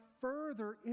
further